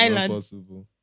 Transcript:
impossible